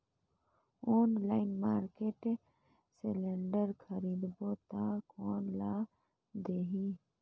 Online market cylinder खरीदबो ता कोन ला देही?